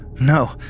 No